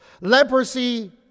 Leprosy